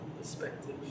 perspective